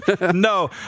No